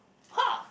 ha